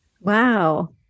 wow